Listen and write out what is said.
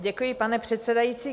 Děkuji, pane předsedající.